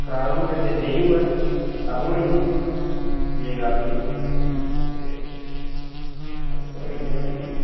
खराब होई जा ते नेईं होऐ तां ओह् नी ही एह् गल्ल होंदी ते बस होई गेआ कम्म